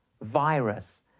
virus